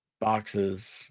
Boxes